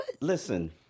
Listen-